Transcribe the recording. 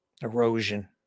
erosion